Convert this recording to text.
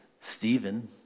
Stephen